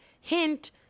Hint